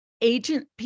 agent